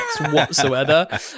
whatsoever